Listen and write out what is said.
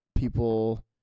People